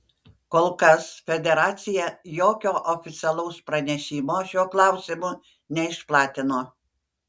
kol kas federacija jokio oficialaus pranešimo šiuo klausimu neišplatino